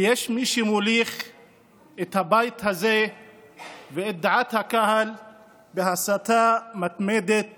ויש מי שמוליך את הבית הזה ואת דעת הקהל בהסתה מתמדת